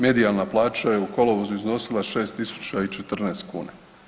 Medijalna plaća je u kolovozu iznosila 6.014 kuna.